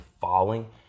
falling